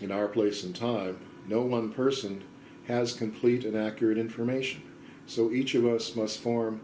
in our place in time no one person has complete and accurate information so each of us must form